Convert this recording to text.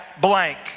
blank